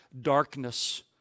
darkness